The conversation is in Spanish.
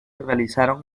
realizaron